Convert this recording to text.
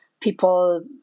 people